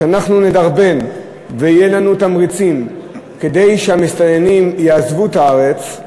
שאנחנו נדרבן ויהיו לנו תמריצים כדי שהמסתננים יעזבו את הארץ,